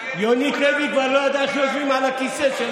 יונית לוי כבר לא ידעה איך יושבים על הכיסא של